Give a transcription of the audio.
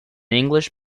english